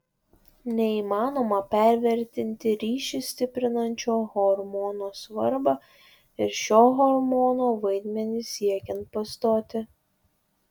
neįmanoma pervertinti ryšį stiprinančio hormono svarbą ir šio hormono vaidmenį siekiant pastoti